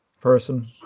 person